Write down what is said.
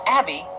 Abby